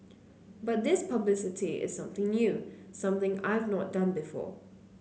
but this publicity is something new something I've not done before